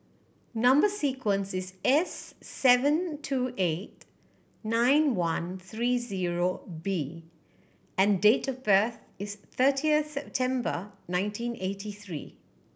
number sequence is S seven two eight nine one three zero B and date of birth is thirtieth September nineteen eighty three